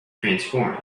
transformed